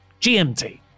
GMT